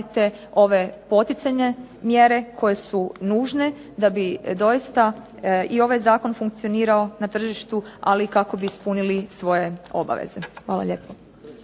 ove poticajne mjere koje su nužne da bi doista i ovaj zakon funkcionirao na tržištu ali kako bi ispunio svoje obaveze. Hvala.